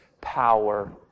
power